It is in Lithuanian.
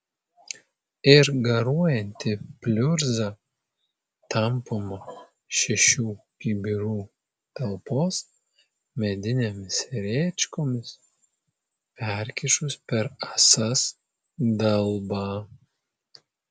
ir garuojanti pliurza tampoma šešių kibirų talpos medinėmis rėčkomis perkišus per ąsas dalbą